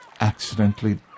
accidentally